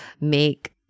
make